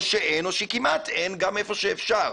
או שאין או שכמעט אין גם איפה שאפשר.